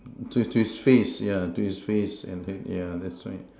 to to his face yeah to his face and that yeah that's right